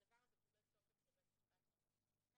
הדבר הזה קיבל תוקף של בית משפט לענייני משפחה.